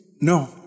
No